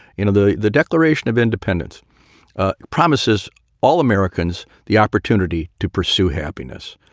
you know, the the declaration of independence promises all americans the opportunity to pursue happiness.